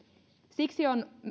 siksi on